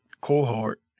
cohort